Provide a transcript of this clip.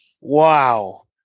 Wow